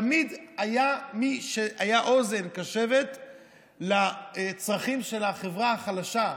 תמיד הייתה אוזן קשבת לצרכים של החברה החלשה,